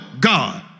God